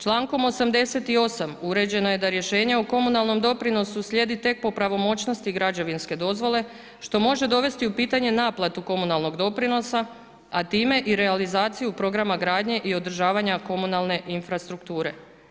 Člankom 88. uređeno je da rješenja o komunalnom doprinosu slijedi tek po pravomoćnost građevinske dozvole što može dovesti u pitanje naplate komunalnog doprinosa a time i realizaciju programa gradnje i održavanja komunalne infrastrukture.